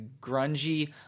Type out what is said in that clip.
grungy